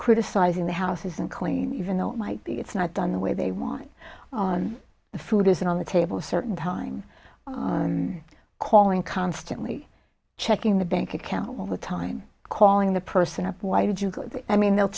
criticizing the house isn't clean even though it might be it's not done the way they want the food isn't on the table a certain time calling constantly checking the bank account all the time calling the person up why did you go i mean they'll